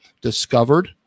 discovered